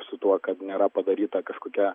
su tuo kad nėra padaryta kažkokia